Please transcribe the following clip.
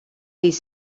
ddydd